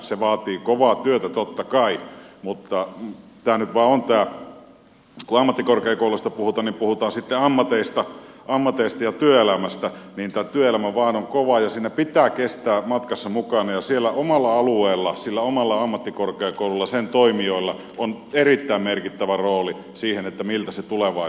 se vaatii kovaa työtä totta kai mutta tämä nyt on vaan kun ammattikorkeakouluista puhutaan niin puhutaan sitten ammateista ja työelämästä tämä työelämä kovaa ja siinä pitää kestää matkassa mukana ja siellä omalla alueella sillä omalla ammattikorkeakoululla sen toimijoilla on erittäin merkittävä rooli siihen miltä se tuleva